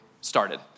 started